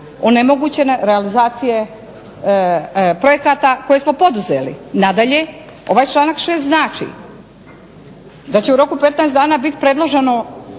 onemogućene realizacije projekata koje smo poduzeli. Nadalje ovaj članak 6. znači da će u roku 15 dana bit predloženo